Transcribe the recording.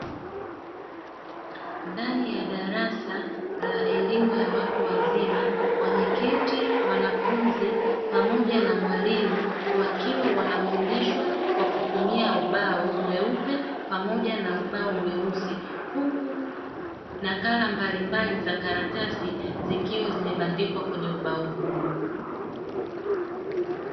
Ndani ya darasa la elimu ya watu wazima, wemeketi wanafunzi pamoja na mwalimu, wakiwa wanafundishwa kwa kutumia ubao mweupe pamoja na ubao mweusi. Huku nakala mbalimbali za karatasi, zikiwa zimebandikwa kwenye ubao huo.